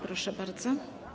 Proszę bardzo.